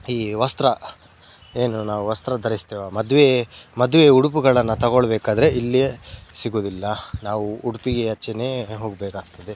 ಈ ವಸ್ತ್ರ ಏನು ನಾವು ವಸ್ತ್ರ ಧರಿಸ್ತೇವ ಮದುವೆ ಮದುವೆ ಉಡುಪುಗಳನ್ನು ತಗೊಳ್ಳಬೇಕಾದ್ರೆ ಇಲ್ಲಿಯೇ ಸಿಗುವುದಿಲ್ಲ ನಾವು ಉಡುಪಿ ಆಚೆಯೇ ಹೋಗಬೇಕಾಗ್ತದೆ